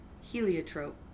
heliotrope